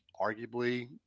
arguably